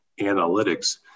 analytics